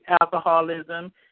alcoholism